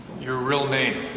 your real name,